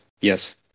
Yes